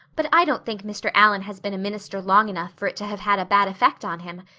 but i don't think mr. allan has been a minister long enough for it to have had a bad effect on him.